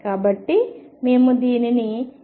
కాబట్టి మేము దీనితో ఇక్కడ ముగిస్తున్నాము